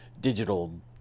digital